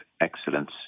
excellence